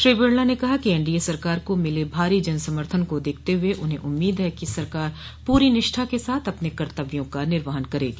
श्री बिड़ला ने कहा कि एनडीए सरकार को मिले भारी जन समर्थन को देखते हुए उन्हें उम्मीद है कि सरकार पूरी निष्ठा के साथ अपने कर्तव्यों का निर्वहन करेंगी